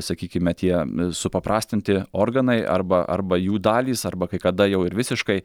sakykime tie supaprastinti organai arba arba jų dalys arba kai kada jau ir visiškai